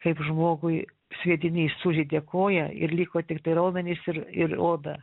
kaip žmogui sviedinys sužeidė koją ir liko tiktai raumenys ir ir oda